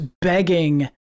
begging